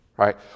right